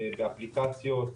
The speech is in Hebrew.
באפליקציות.